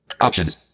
Options